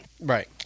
Right